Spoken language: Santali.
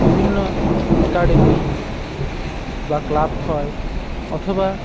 ᱵᱤᱵᱷᱤᱱᱱᱚ ᱮᱠᱟᱰᱮᱢᱤ ᱵᱟ ᱠᱞᱟᱵᱽ ᱠᱷᱚᱡ ᱚᱛᱷᱚᱵᱟ